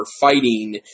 fighting